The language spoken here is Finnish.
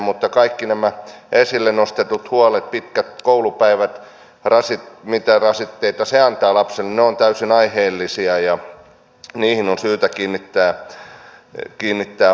mutta kaikki nämä esille nostetut huolet pitkät koulupäivät mitä rasitteita se antaa lapselle ovat täysin aiheellisia ja niihin on syytä kiinnittää huomiota